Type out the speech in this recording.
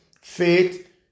faith